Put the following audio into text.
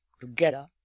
together